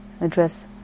address